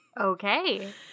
okay